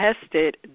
Tested